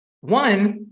One